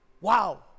wow